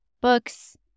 books